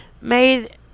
made